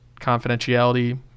confidentiality